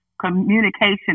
communication